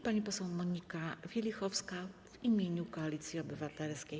Pani poseł Monika Wielichowska - w imieniu Koalicji Obywatelskiej.